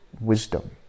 wisdom